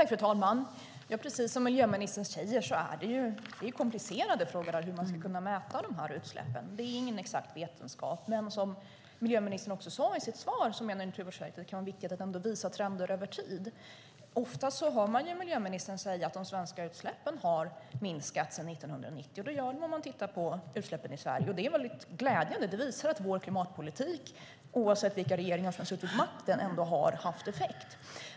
Fru talman! Precis som miljöministern sade är detta komplicerat, hur man ska kunna mäta de här utsläppen. Det är ingen exakt vetenskap. Men som miljöministern också sade i sitt svar menar Naturvårdsverket att det ändå kan vara viktigt att visa trender över tid. Ofta hör man miljöministern säga att de svenska utsläppen har minskat sedan 1990. Det ser man om man tittar på utsläppen i Sverige. Det är väldigt glädjande. Det visar att vår klimatpolitik, oavsett vilka som har suttit vid makten, har haft effekt.